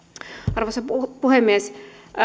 arvoisa puhemies